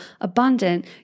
abundant